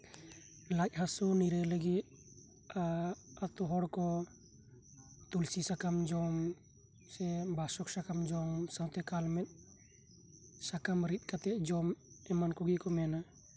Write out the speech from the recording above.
ᱞᱟᱡ ᱦᱟᱹᱥᱩ ᱠᱷᱚᱱ ᱱᱤᱨᱟᱹᱭ ᱞᱟᱹᱜᱤᱫ ᱮᱫ ᱟᱹᱛᱳ ᱦᱚᱲ ᱠᱚ ᱛᱩᱞᱥᱤ ᱥᱟᱠᱟᱢ ᱡᱚᱢ ᱥᱮ ᱵᱟᱥᱚᱠ ᱥᱟᱠᱟᱢ ᱡᱚᱢ ᱥᱟᱶᱛᱮ ᱠᱟᱞᱢᱮᱜᱽ ᱥᱟᱠᱟᱢ ᱨᱤᱫ ᱠᱟᱛᱮᱫ ᱡᱚᱢ ᱮᱢᱟᱱ ᱠᱚᱜᱮ ᱠᱚ ᱢᱮᱱᱟ